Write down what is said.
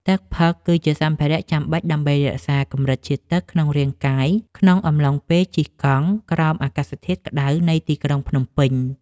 ទឹកផឹកគឺ ជាសម្ភារៈចាំបាច់ដើម្បីរក្សាកម្រិតជាតិទឹកក្នុងរាងកាយ ក្នុងអំឡុងពេលជិះកង់ក្រោមអាកាសធាតុក្ដៅនៃទីក្រុងភ្នំពេញ។